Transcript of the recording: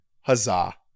huzzah